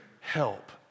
help